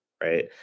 Right